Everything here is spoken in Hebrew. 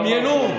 דמיינו,